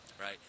right